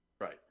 Right